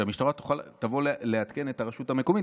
כך שהמשטרה תבוא לעדכן את הרשות המקומית